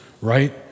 right